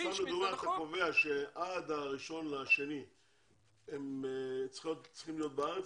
אתה קובע שעד ה- 1.2 הם צריכים להיות בארץ,